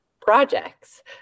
projects